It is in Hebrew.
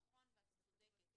זה נכון ואת צודקת.